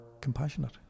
compassionate